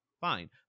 fine